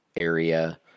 area